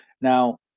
Now